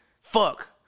Fuck